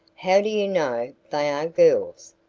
how do you know they are girls?